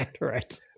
Right